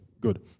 Good